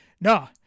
No